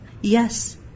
Yes